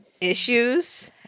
issues